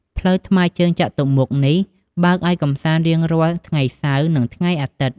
ផ្លូវថ្មើរជើងចតុមុខនេះ បើកឲ្យកម្សាន្ដរៀងរាល់ថ្ងៃសៅរ៍ និងថ្ងៃអាទិត្យ។